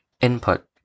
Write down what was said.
Input